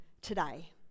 today